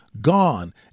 Gone